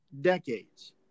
decades